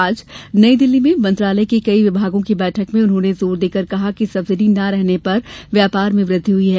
आज नई दिल्ली में मंत्रालय के कई विभागों की बैठक में उन्होंने जोर देकर कहा कि सब्सिडी न रहने पर व्यापार में वृद्धि हुई है